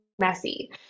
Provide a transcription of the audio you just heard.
messy